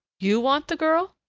you want the girl?